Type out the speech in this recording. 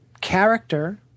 character